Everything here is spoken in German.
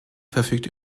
verfügt